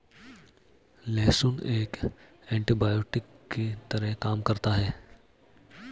लहसुन एक एन्टीबायोटिक की तरह काम करता है